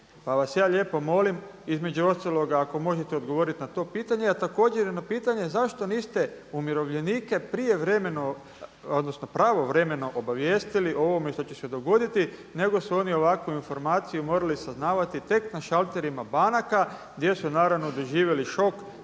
Pa vas ja lijepo molim, između ostaloga ako možete odgovoriti na to pitanje. A također i na pitanje zašto niste umirovljenike prijevremeno, odnosno pravovremeno obavijestili o ovome što će se dogoditi nego su oni ovakvu informaciju morali saznavati tek na šalterima banaka gdje su naravno doživjeli šok,